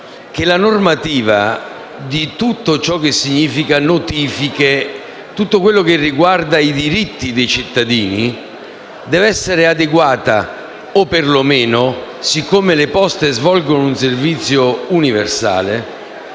che la normativa di tutto ciò che significa notifiche e di tutto ciò che riguarda i diritti dei cittadini deve essere adeguata. Siccome le Poste svolgono un servizio universale,